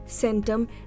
Centum